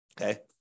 Okay